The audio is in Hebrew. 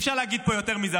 אי-אפשר להגיד פה יותר מזה,